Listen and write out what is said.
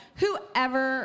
whoever